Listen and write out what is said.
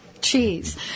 cheese